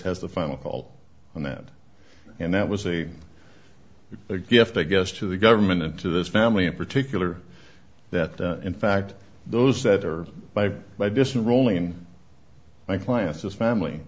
has the final call on that and that was a gift i guess to the government and to this family in particular that in fact those that are by my distant rolling my classes family